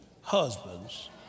husbands